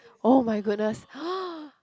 [oh]-my-goodness